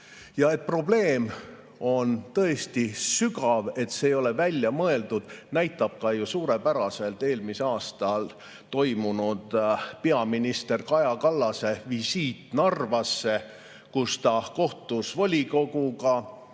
et probleem on tõesti sügav ja see ei ole välja mõeldud, näitab ju suurepäraselt eelmisel aastal toimunud peaminister Kaja Kallase visiit Narvasse, kus ta kohtus volikoguga,